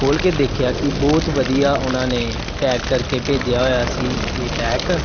ਖੋਲ੍ਹ ਕੇ ਦੇਖਿਆ ਕਿ ਬਹੁਤ ਵਧੀਆ ਉਹਨਾਂ ਨੇ ਪੈਕ ਕਰਕੇ ਭੇਜਿਆ ਹੋਇਆ ਸੀ ਇਹ ਪੈਕ